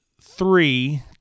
three